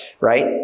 right